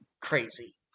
crazy